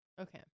Okay